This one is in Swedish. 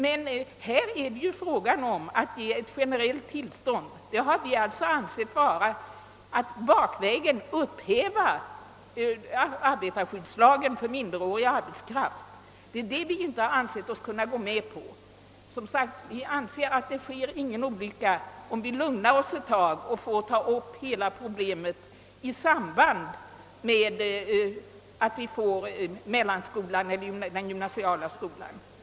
Här är det emellertid fråga om att ge ett generellt tillstånd, och det har vi ansett vara att bakvägen upphäva arbetarskyddslagen för minderårig arbetskraft. Det har vi inte ansett oss kunna gå med på. Vi anser som sagt att det inte sker någon olycka, om vi lugnar oss ett tag för att ta upp hela problemet i samband med ordnandet av förhållandena på den gymnasiala skolan.